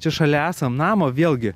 čia šalia esam namo vėlgi